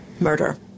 murder